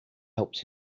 helps